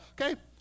Okay